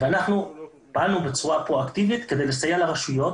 אנחנו פעלנו בצורה פרואקטיבית כדי לסייע לרשויות,